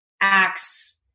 acts